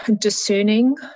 discerning